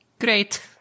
Great